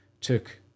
took